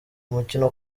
umukino